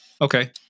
Okay